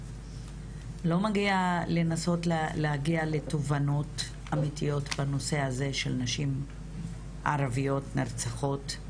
לא מגיע לנסות להגיע לתובנות אמיתיות בנושא הזה של נשים ערביות נרצחות?